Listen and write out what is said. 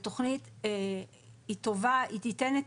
התכנית היא טובה, היא תיתן את